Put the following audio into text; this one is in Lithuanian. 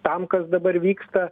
tam kas dabar vyksta